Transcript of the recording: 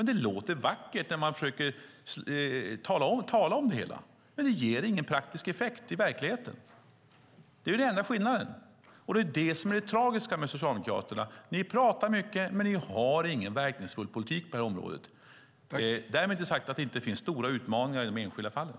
Det låter vackert när man talar om det, men det ger ingen praktisk effekt i verkligheten. Det är den enda skillnaden. Det är det som är det tragiska med Socialdemokraterna: Ni pratar mycket, men ni har ingen verkningsfull politik på området. Därmed inte sagt att det inte finns stora utmaningar i de enskilda fallen.